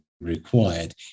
required